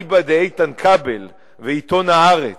אליבא דאיתן כבל ועיתון "הארץ"